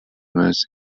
treatments